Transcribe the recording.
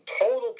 total